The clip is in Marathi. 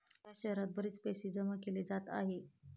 या शहरात बरेच पैसे जमा केले जात आहे